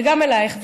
וגם אלייך.